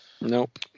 Nope